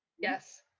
Yes